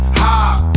hop